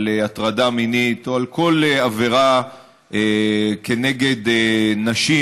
על הטרדה מינית או על כל עבירה כנגד נשים,